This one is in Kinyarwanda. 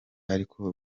ariko